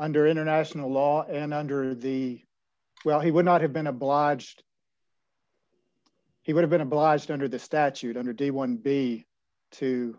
under international law and under the well he would not have been obliged he would have been obliged under the statute under day one be to